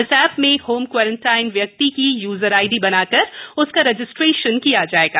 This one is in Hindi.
इस एप में होम क्योरेंटाइन व्यक्ति की यूजर आईडी बनाकर उसका रजिस्ट्रेशन किया जाएगा